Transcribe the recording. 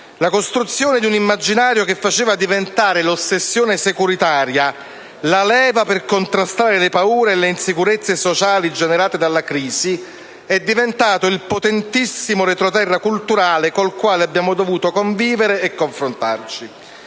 La costruzione di un immaginario che faceva diventare l'ossessione securitaria la leva per contrastare le paure e le insicurezze sociali generate dalla crisi è diventato il potentissimo retroterra culturale con il quale abbiamo dovuto convivere e confrontarci.